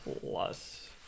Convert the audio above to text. plus